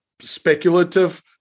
speculative